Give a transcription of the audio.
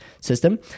system